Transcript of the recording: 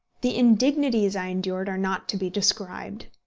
the indignities i endured are not to be described.